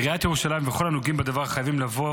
עיריית ירושלים וכל הנוגעים בדבר חייבים לבוא